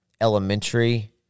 elementary